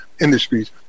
industries